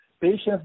patients